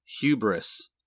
hubris